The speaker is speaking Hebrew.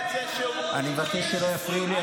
אני מבקש שלא יפריעו לי,